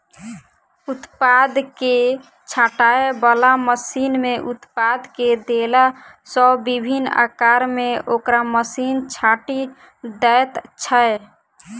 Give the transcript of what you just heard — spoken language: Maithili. उत्पाद के छाँटय बला मशीन मे उत्पाद के देला सॅ विभिन्न आकार मे ओकरा मशीन छाँटि दैत छै